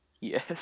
Yes